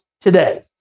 today